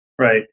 Right